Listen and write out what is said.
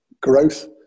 growth